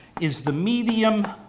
is the medium